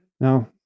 Now